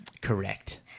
Correct